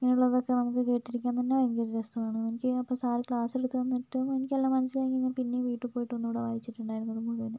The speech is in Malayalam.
ഇങ്ങനെ ഉള്ളത് ഒക്കെ നമുക്ക് കേട്ടിരിക്കാൻ തന്നെ ഭയങ്കര രസമാണ് എനിക്ക് ഇപ്പം സർ ക്ലാസ് എടുത്ത് തന്നിട്ടും എനിക്ക് എല്ലാം മനസ്സിൽ ആയിട്ടും ഞാൻ പിന്നെ വീട്ടിൽ പോയിട്ട് ഒന്നൂടെ വായിച്ചിട്ടുണ്ടായിരുന്നു ഇത് ഒന്നും കൂടി